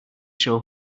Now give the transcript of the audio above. show